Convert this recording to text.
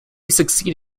succeed